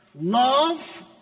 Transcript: love